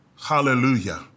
Hallelujah